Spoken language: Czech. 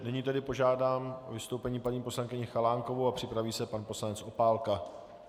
Nyní požádám o vystoupení paní poslankyni Chalánkovou a připraví se pan poslanec Opálka.